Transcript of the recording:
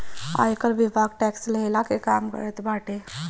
आयकर विभाग टेक्स लेहला के काम करत बाटे